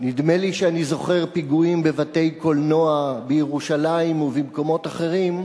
נדמה לי שאני זוכר פיגועים בבתי-קולנוע בירושלים ובמקומות אחרים,